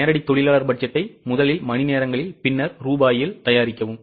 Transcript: நேரடி தொழிலாளர் பட்ஜெட்டை முதலில் மணிநேரங்களில் பின்னர் ரூபாயில் தயாரிக்கவும்